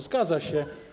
Zgadza się.